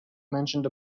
mentioned